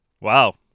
Wow